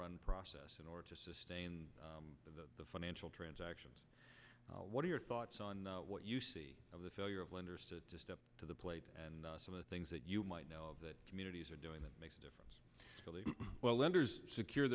run process in order to sustain the financial transactions what are your thoughts on what you see of the failure of lenders to step to the plate and some of the things that you might know that communities are doing that makes a difference well lenders secure